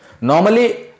Normally